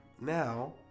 Now